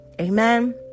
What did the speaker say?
Amen